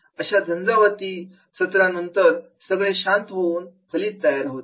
अशा झंजावाती सतरा नंतरच सगळे शांत होऊन फलित तयार होते